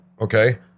okay